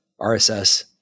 RSS